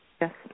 Yes